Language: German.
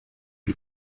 wie